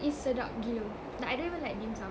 it's sedap gila like I don't even like dim sum